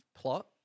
plot